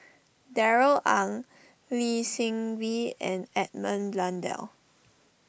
Darrell Ang Lee Seng Wee and Edmund Blundell